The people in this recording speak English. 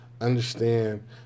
understand